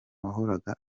wahoraga